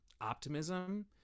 optimism